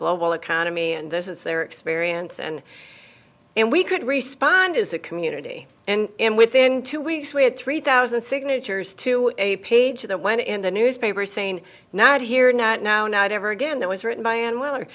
global economy and this is their experience and and we could respond as a community and within two weeks we had three thousand signatures to a page that went in the newspaper saying not here not now not ever again that was written by an well